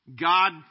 God